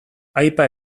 aipa